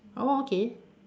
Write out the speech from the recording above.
oh okay